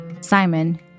Simon